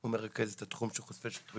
הוא מרכז את התחום של חושפי שחיתויות.